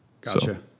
Gotcha